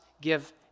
give